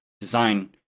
design